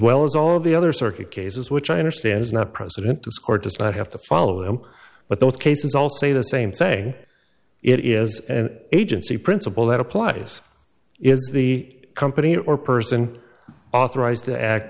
well as all the other circuit cases which i understand is not president this court does not have to follow him but those cases all say the same say it is an agency principle that applies is the company or person authorized to act